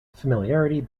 familiarity